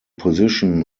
position